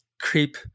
creep